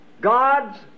God's